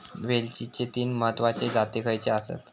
वेलचीचे तीन महत्वाचे जाती खयचे आसत?